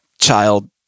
child